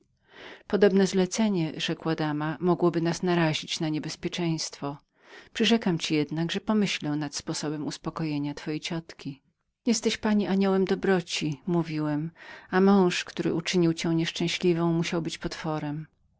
podobne zlecenie rzekła dama mogłoby nas narazić przyrzekam ci jednak że pomyślę nad sposobem zaspokojenia twojetwojej ciotki jesteś pani aniołem dobroci mówiłem i mąż który uczynił cię nieszczęśliwą musiał być potworem